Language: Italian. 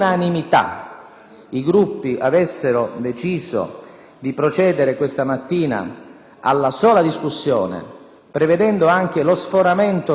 di procedere questa mattina alla sola discussione, prevedendo anche lo sforamento delle ore 14 pur di concludere la discussione generale